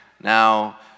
Now